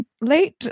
late